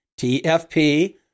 TFP